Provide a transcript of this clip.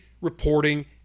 reporting